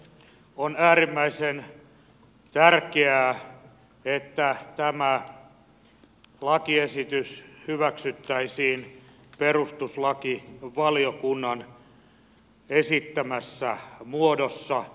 on äärimmäisen tärkeää että tämä lakiesitys hyväksyttäisiin perustuslakivaliokunnan esittämässä muodossa